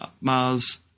Mars